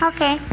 Okay